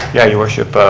yeah your worship,